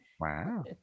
wow